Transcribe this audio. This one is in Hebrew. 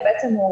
ובעצם,